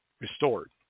restored